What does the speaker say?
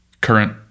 current